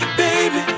baby